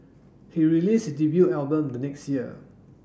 he released his debut album the next year